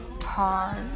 hard